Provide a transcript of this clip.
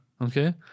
Okay